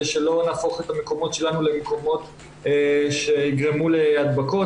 שלא נהפוך את המקומות שלנו למקומות שיגרמו להדבקות.